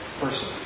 person